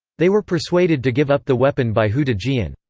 they were persuaded to give up the weapon by hou dejian.